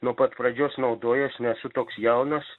nuo pat pradžios naudojuos nesu toks jaunas